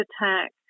attack